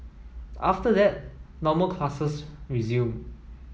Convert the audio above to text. after that normal classes resumed